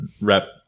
rep